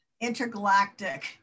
intergalactic